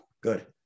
good